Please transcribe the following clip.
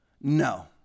No